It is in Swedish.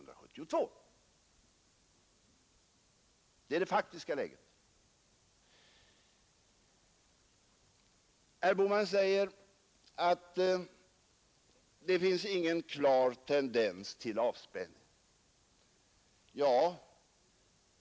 Det är det faktiska läget. Herr Bohman säger att det finns ingen klar tendens till avspänning.